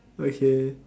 okay